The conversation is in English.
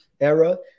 era